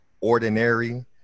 Ordinary